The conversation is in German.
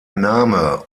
name